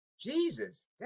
Jesus